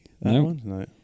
No